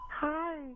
Hi